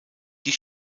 die